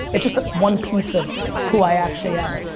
it's just one piece of who i actually am.